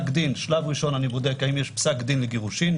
בשלב ראשון אני בודק אם יש פסק דין לגירושין,